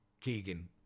Keegan